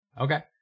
Okay